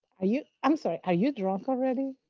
are you i'm sorry. are you drunk already?